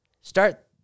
start